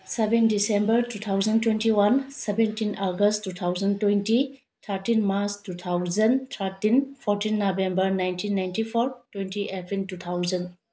seven December two thousand twenty one seventeen August two thousand twenty thirteen March two thousand thirteen fourteen November nineteen ninety four twenty April two thousand